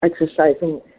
exercising